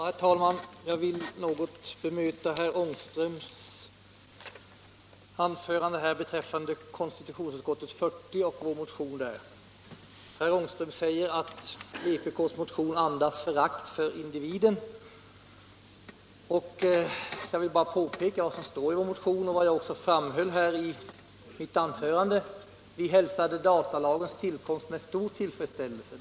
Herr talman! Jag vill något bemöta vad herr Ångström sade om vår motion, som behandlas i konstitutionsutskottets betänkande nr 40. Herr Ångström sade att vpk-motionen andas förakt för individen. Då vill jag erinra om vad som står i motionen och om vad jag också framhöll i mitt anförande, nämligen att vi hälsade datalagens tillkomst med stor tillfredsställelse.